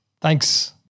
Thanks